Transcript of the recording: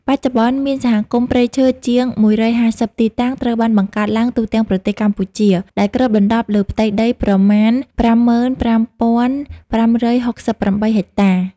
បច្ចុប្បន្ន មានសហគមន៍ព្រៃឈើជាង ១៥០ ទីតាំងត្រូវបានបង្កើតឡើងទូទាំងប្រទេសកម្ពុជា ដែលគ្របដណ្ដប់លើផ្ទៃដីប្រមាណ ៥៥,៥៦៨ ហិកតា។